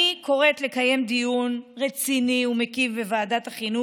אני קוראת לקיים דיון רציני ומקיף בוועדת החינוך,